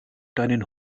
deinen